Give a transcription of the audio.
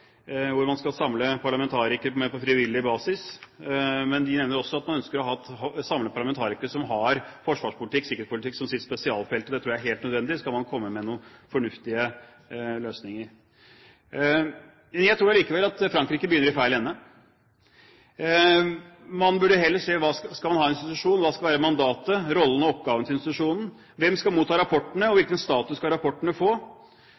hvor man skal samle parlamentarikere mer på frivillig basis, men de nevner også at man ønsker å samle parlamentarikere som har forsvarspolitikk og sikkerhetspolitikk som sitt spesialfelt. Det tror jeg er helt nødvendig skal man komme med noen fornuftige løsninger. Men jeg tror allikevel at Frankrike begynner i feil ende. Man burde heller se hvis man skal ha en institusjon: Hva skal være mandatet, rollen og oppgaven til institusjonen? Hvem skal motta rapportene, og hvilken status skal rapportene få?